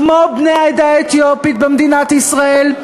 כמו בני העדה האתיופית במדינת ישראל,